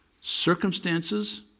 Circumstances